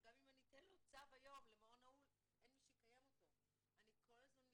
שגם אם אני אתן לו צו היום למעון נעול אין מי שיקיים אותו.